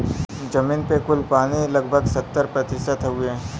जमीन पे कुल पानी लगभग सत्तर प्रतिशत हउवे